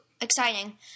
exciting